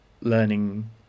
learning